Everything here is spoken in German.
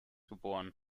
geboren